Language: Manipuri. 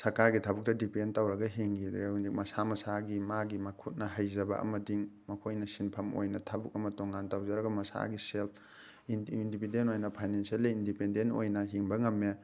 ꯁꯔꯀꯥꯔꯒꯤ ꯊꯕꯛꯇ ꯗꯦꯄꯦꯟ ꯇꯧꯔꯒ ꯍꯤꯡꯈꯤꯗ꯭ꯔꯦ ꯍꯧꯖꯤꯛ ꯃꯁꯥ ꯃꯁꯥꯒꯤ ꯃꯥꯒꯤ ꯃꯈꯨꯠꯅ ꯍꯩꯖꯕ ꯑꯃꯗꯤ ꯃꯈꯣꯏꯅ ꯁꯤꯟꯐꯝ ꯑꯣꯏꯅ ꯊꯕꯛ ꯑꯃ ꯇꯣꯉꯥꯟ ꯇꯧꯖꯔꯒ ꯃꯁꯥꯒꯤ ꯁꯦꯜ ꯏꯟꯗꯤꯄꯦꯟꯗꯦꯟ ꯑꯣꯏꯅ ꯐꯥꯏꯅꯥꯟꯁꯦꯜꯂꯤ ꯏꯟꯗꯤꯄꯦꯟꯗꯦꯟ ꯑꯣꯏꯅ ꯍꯤꯡꯕ ꯉꯝꯃꯦ